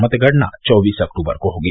मतगणना चौबीस अक्टूबर को होगी